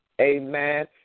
Amen